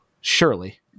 Surely